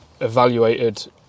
evaluated